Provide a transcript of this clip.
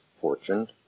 fortune